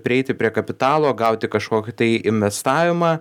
prieiti prie kapitalo gauti kažkokį tai investavimą